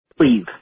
Please